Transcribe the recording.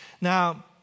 Now